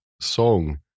song